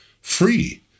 free